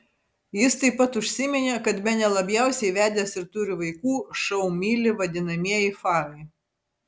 jis taip pat užsiminė kad bene labiausiai vedęs ir turi vaikų šou myli vadinamieji farai